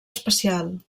especial